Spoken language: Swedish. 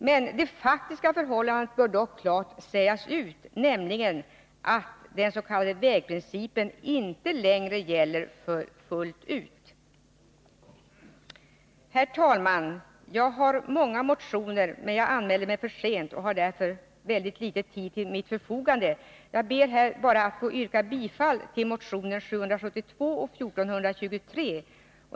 Det bör dock klart uttalas hur det faktiskt förhåller sig, nämligen att den s.k. vägtrafikprincipen inte längre gäller fullt ut. Herr talman! Jag har varit med om att väcka många motioner. Men jag anmälde mig i senaste laget till den här debatten. Jag har därför mycket litet tid till mitt förfogande. Jag vill bara yrka bifall till motionerna 772 och 1423.